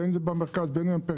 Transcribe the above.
בין אם זה במרכז ובין אם בפריפריה,